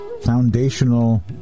foundational